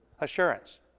assurance